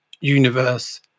universe